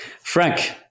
Frank